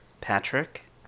Patrick